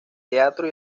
teatro